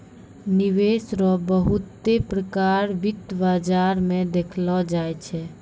निवेश रो बहुते प्रकार वित्त बाजार मे देखलो जाय छै